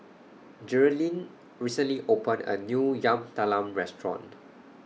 Jerilyn recently opened A New Yam Talam Restaurant